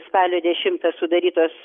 spalio dešimtą sudarytos